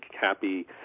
happy